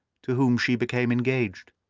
to whom she became engaged.